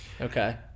Okay